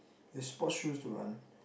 you have sports shoes to run